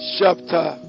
chapter